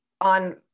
on